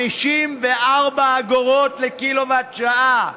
54 אגורות לקילוואט/שעה.